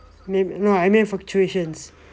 may I mean fluctuations